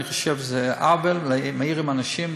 אני חושב שזה עוול להעיר אנשים,